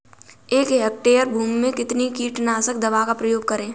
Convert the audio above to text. एक हेक्टेयर भूमि में कितनी कीटनाशक दवा का प्रयोग करें?